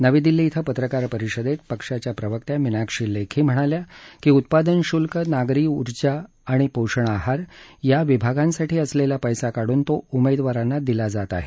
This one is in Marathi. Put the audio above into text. नवी दिल्ली श्वं पत्रकार परिषदेत पक्षाच्या प्रवक्त्या मीनाक्षी लेखी म्हणाल्या की उत्पादन शुल्क नागरी उर्जा आणि पोषण आहार या विभागांसाठी असलेला पैसा काढून तो उमेदवारांना दिला आहे